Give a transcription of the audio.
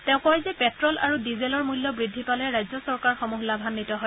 তেওঁ কয় যে প্টে'ল আৰু ডিজেলৰ মূল্য বৃদ্ধি পালে ৰাজ্য চৰকাৰসমূহ লাভাগ্বিত হয়